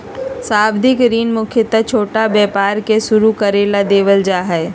सावधि ऋण मुख्यत छोटा व्यापार के शुरू करे ला देवल जा हई